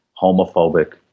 homophobic